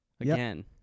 again